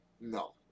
No